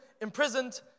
imprisoned